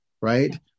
right